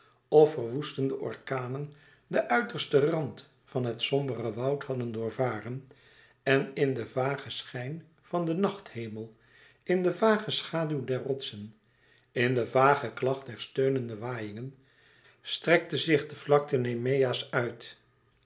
of verwoestende orkanen den uitersten rand van het sombere woud hadden doorvaren en in den vagen schijn van den nachthemel in de vage schaduw der rotsen in de vage klacht der steunende waaiïngen strekte zich de vlakte nemea's uit